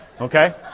Okay